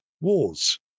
wars